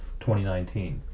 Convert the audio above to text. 2019